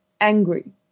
angry